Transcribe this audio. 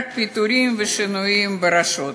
רק פיטורים ושינויים ברשות.